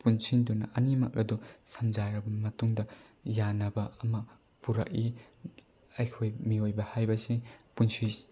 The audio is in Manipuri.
ꯄꯨꯟꯁꯤꯟꯗꯨꯅ ꯑꯅꯤꯃꯛ ꯑꯗꯨ ꯁꯝꯖꯥꯏꯔꯕ ꯃꯇꯨꯡꯗ ꯌꯥꯅꯕ ꯑꯃ ꯄꯨꯔꯛꯏ ꯑꯩꯈꯣꯏ ꯃꯤꯑꯣꯏꯕ ꯍꯥꯏꯕꯁꯤ ꯄꯨꯟꯁꯤ